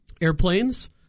Airplanes